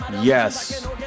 yes